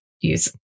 use